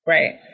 Right